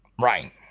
Right